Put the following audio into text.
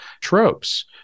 tropes